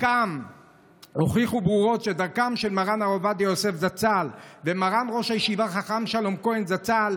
שדרכם של מרן הרב עובדיה יוסף זצ"ל ומרן ראש הישיבה חכם שלום כהן זצ"ל,